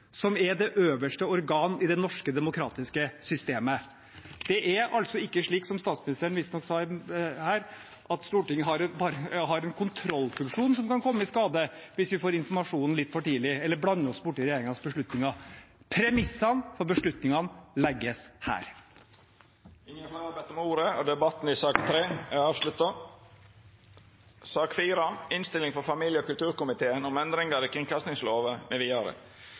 som er det øverste organet i det norske demokratiske systemet. Det er altså ikke slik som statsministeren visstnok sa her, at Stortinget har en kontrollfunksjon som kan komme til skade hvis vi får informasjonen litt for tidlig eller blander oss borti regjeringens beslutninger. Premissene for beslutningene legges her. Fleire har ikkje bedt om ordet til sak nr. 3. Etter ønske frå familie- og kulturkomiteen vil presidenten ordna debatten slik: 3 minutt til kvar partigruppe og